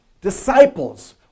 disciples